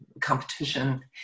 competition